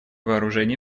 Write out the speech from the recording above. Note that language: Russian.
вооружений